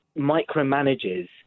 micromanages